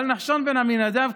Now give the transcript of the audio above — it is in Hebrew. אבל נחשון בן עמינדב,